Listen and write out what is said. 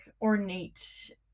ornate